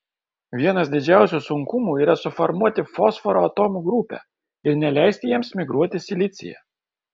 vienas didžiausių sunkumų yra suformuoti fosforo atomų grupę ir neleisti jiems migruoti silicyje